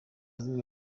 zimwe